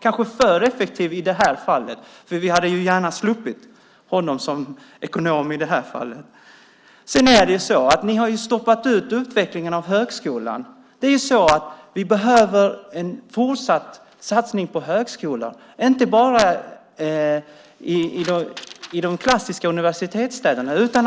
Kanske för effektiv i det här fallet, för vi hade gärna sluppit honom som ekonom. Ni har stoppat utvecklingen av högskolan. Vi behöver en fortsatt satsning på högskolan, inte bara i de klassiska universitetsstäderna utan